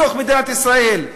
בתוך מדינת ישראל,